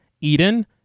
Eden